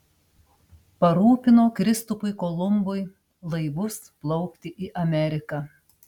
parūpino kristupui kolumbui laivus plaukti į ameriką